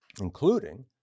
including